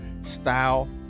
style